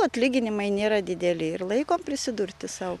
atlyginimai nėra dideli ir laikom prisidurti sau